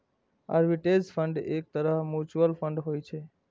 arbitrage fund एक तरहक mutual fund होइ छै